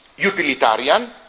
utilitarian